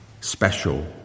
special